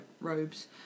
robes